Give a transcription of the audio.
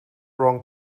wrong